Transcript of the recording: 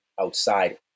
outside